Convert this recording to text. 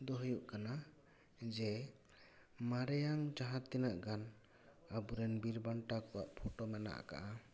ᱫᱚ ᱦᱩᱭᱩᱜ ᱠᱟᱱᱟ ᱡᱮ ᱢᱟᱨᱮᱭᱟᱱ ᱡᱟᱦᱟᱸ ᱛᱤᱱᱟᱜ ᱜᱟᱱ ᱟᱵᱚᱨᱮᱱ ᱵᱤᱨ ᱵᱟᱱᱴᱟ ᱠᱚᱣᱟᱜ ᱯᱷᱳᱴᱳ ᱢᱮᱱᱟᱜ ᱟᱠᱟᱫᱟ